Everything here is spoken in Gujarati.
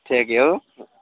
ઠીક એવું